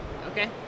Okay